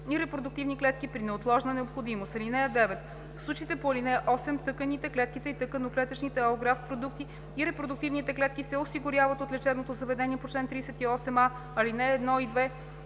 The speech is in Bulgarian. и репродуктивни клетки при неотложна необходимост. (9) В случаите по ал. 8 тъканите, клетките, тъканно-клетъчните алографт продукти и репродуктивните клетки се осигуряват от лечебното заведение по чл. 38а, ал. 1 и 2,